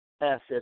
assets